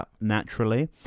naturally